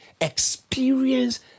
experience